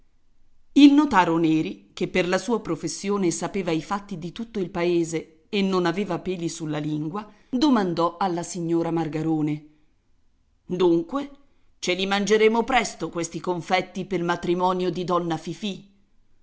il notaro neri che per la sua professione sapeva i fatti di tutto il paese e non aveva peli sulla lingua domandò alla signora margarone dunque ce li mangeremo presto questi confetti pel matrimonio di donna fifì